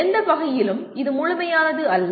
எந்த வகையிலும் இது முழுமையானது அல்ல